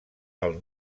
pel